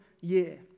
year